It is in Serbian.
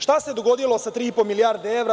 Šta se dogodilo sa 3,5 milijardi evra?